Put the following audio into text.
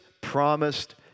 promised